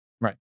Right